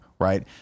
right